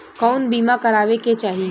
कउन बीमा करावें के चाही?